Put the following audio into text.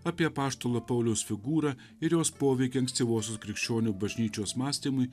apie apaštalo pauliaus figūrą ir jos poveikį ankstyvosios krikščionių bažnyčios mąstymui